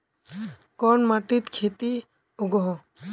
कोन माटित खेती उगोहो?